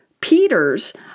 Peter's